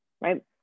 right